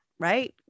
Right